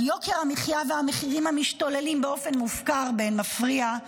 על יוקר המחיה והמחירים המשתוללים באופן מופקר באין מפריע,